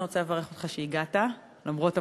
אני רוצה לברך אותך על שהגעת למרות הפקקים,